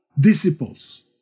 disciples